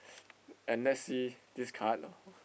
and let's see this card